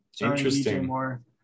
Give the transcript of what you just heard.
interesting